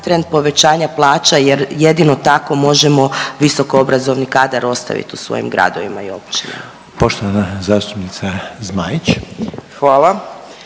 trend povećanja plaća jer jedino tako možemo visoko obrazovni kadar ostaviti u svojim gradovima i općinama. **Reiner, Željko (HDZ)**